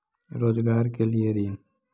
रोजगार के लिए ऋण?